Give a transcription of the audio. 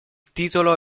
titolo